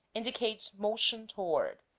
indicates motion toward,